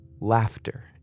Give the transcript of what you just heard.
Laughter